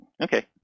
okay